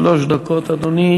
שלוש דקות, אדוני.